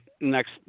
next